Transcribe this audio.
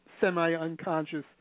semi-unconscious